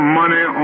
money